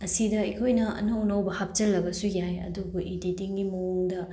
ꯑꯁꯤꯗ ꯑꯩꯈꯣꯏꯅ ꯑꯅꯧ ꯑꯅꯧꯕ ꯍꯥꯞꯆꯤꯜꯂꯕꯁꯨ ꯌꯥꯏ ꯑꯗꯨꯕꯨ ꯏꯗꯤꯇꯤꯡꯒꯤ ꯃꯑꯣꯡꯗ